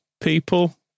people